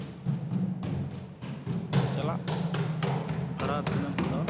ᱪᱟᱞᱟᱜ ᱵᱷᱟᱲᱟ ᱛᱤᱱᱟᱹᱜ ᱮᱢ ᱦᱟᱛᱟᱣᱟ